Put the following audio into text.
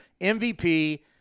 MVP